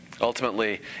Ultimately